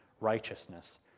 righteousness